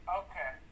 okay